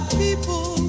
people